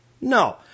No